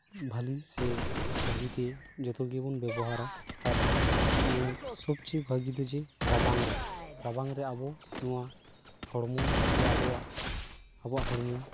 ᱵᱷᱟᱹᱞᱤ ᱥᱮ ᱵᱷᱟᱹᱜᱤᱛᱮ ᱡᱚᱛᱚᱜᱮᱵᱚᱱ ᱵᱮᱵᱚᱦᱟᱨᱟ ᱟᱨ ᱱᱚᱣᱟ ᱥᱳᱵ ᱪᱮᱭᱮ ᱵᱷᱟᱹᱜᱤ ᱫᱚ ᱡᱮ ᱨᱟᱵᱟᱝ ᱨᱮ ᱨᱟᱵᱟᱝ ᱨᱮ ᱟᱵᱚ ᱱᱚᱣᱟ ᱦᱚᱲᱢᱚ ᱥᱮ ᱟᱵᱚᱣᱟᱜ ᱟᱵᱚᱣᱟᱜ ᱦᱚᱲᱢᱚ